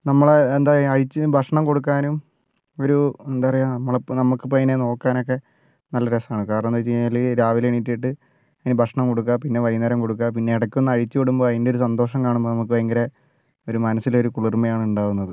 നമ്മൾ എന്താ ചെയ്യുക അഴിച്ച് ഭക്ഷണം കൊടുക്കാനും ഒരു എന്താ പറയുക നമ്മൾക്കിപ്പോൾ അതിനെ നോക്കാനൊക്കെ നല്ല രസമാണ് കാരണം എന്താന്ന് വച്ചു കഴിഞ്ഞാൽ രാവിലെ എണീറ്റിട്ട് അതിന് ഭക്ഷണം കൊടുക്കുക പിന്നെ വൈകുന്നേരം കൊടുക്കുക പിന്നെ ഇടക്കൊന്ന് അഴിച്ചു വിടുമ്പോൾ അതിൻ്റെ ഒരു സന്തോഷം കാണുമ്പോൾ നമുക്ക് ഭയങ്കര ഒരു മനസ്സിൽ ഒരു കുളിർമയാണ് ഉണ്ടാകുന്നത്